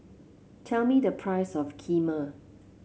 tell me the price of Kheema